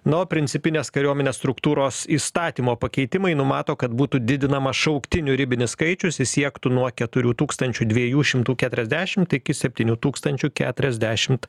na o principinės kariuomenės struktūros įstatymo pakeitimai numato kad būtų didinamas šauktinių ribinis skaičius jis siektų nuo keturių tūkstančių dviejų šimtų keturiasdešimt iki septynių tūkstančių keturiasdešimt